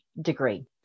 degree